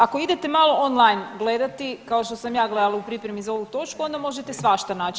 Ako idete malo online gledati kao što sam ja gledala u pripremi za ovu točku onda možete svašta naći.